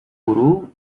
borough